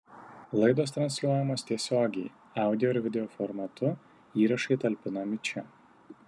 laidos transliuojamos tiesiogiai audio ir video formatu įrašai talpinami čia